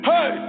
Hey